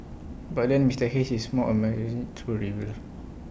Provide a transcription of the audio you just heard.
but then Mister Hayes is more A true believer